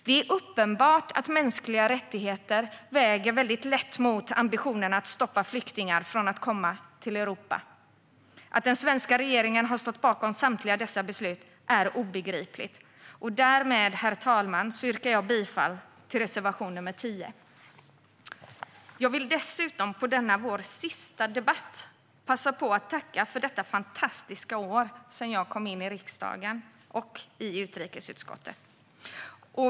Det är uppenbart att mänskliga rättigheter väger väldigt lätt mot ambitionerna att stoppa flyktingar från att komma till Europa. Att den svenska regeringen har stått bakom samtliga dessa beslut är obegripligt. Därmed, herr talman, yrkar jag bifall till reservation nr 10. Jag vill dessutom i denna vår sista debatt passa på att tacka för detta fantastiska år sedan jag kom in i riksdagen och utrikesutskottet.